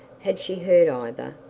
had she heard either,